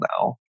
now